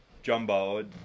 jumbo